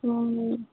ହଁ ହଁ